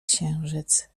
księżyc